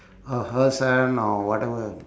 or her son or whatever